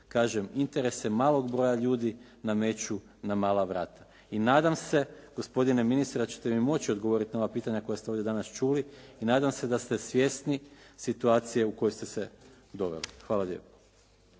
kažem interese malog broja ljudi nameću na mala vrata. I nadam se gospodine ministre da ćete mi moći odgovoriti na ova pitanja koja ste danas ovdje čuli i nadam se da ste svjesni situacije u koju ste se doveli. Hvala lijepo.